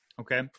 Okay